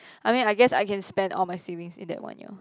I mean I guess I can spend all my savings in that one year